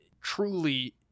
truly